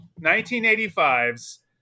1985's